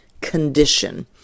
condition